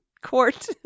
Court